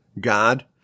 God